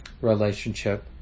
relationship